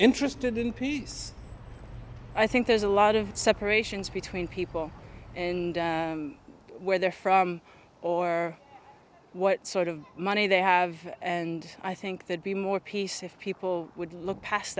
interested in peace i think there's a lot of separations between people and where they're from or what sort of money they have and i think they'd be more peace if people would look past